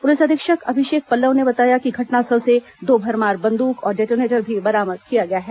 police अधीक्षक अभिषेक पल्लव ने बताया कि घटनास्थल से दो भरमार बंदूक और डेटोनेटर भी बरामद किया गया है